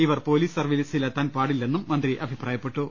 ഇവർ പോലീസ് സർവീസിലെത്താൻ പാടില്ലെന്നും മന്ത്രി അഭിപ്രായപ്പെട്ടു